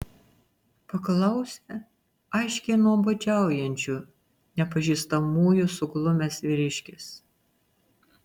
paklausė aiškiai nuobodžiaujančių nepažįstamųjų suglumęs vyriškis